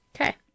Okay